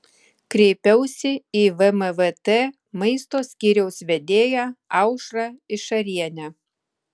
kreipiausi į vmvt maisto skyriaus vedėją aušrą išarienę